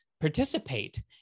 participate